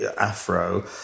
afro